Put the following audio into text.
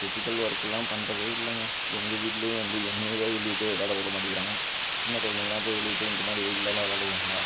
physical ஒர்க்குலாம் பண்ணுறதே இல்லைங்க எங்கள் வீட்டிலே வந்து என்னையவே வெளியே போய் விளாட விட மாட்டேக்கிறாங்க சின்ன குலந்தைங்களாம் போய் வெளியே போய் இந்தமாதிரி வெயில்லலாம் விளையாட விடுவாங்களா